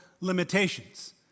limitations